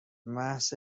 محض